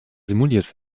simuliert